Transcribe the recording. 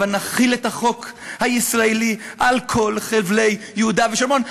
הבה נחיל את החוק הישראלי על כל חבלי יהודה ושומרון,